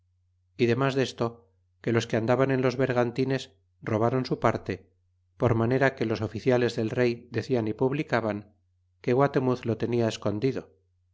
y damas desto que los que andaban en los bergantines robaron su parte por manera que los oficiales del rey decian y publicaban que guatemuz lo tenia escondido